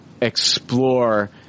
explore